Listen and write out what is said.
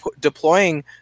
deploying